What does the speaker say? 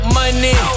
money